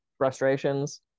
frustrations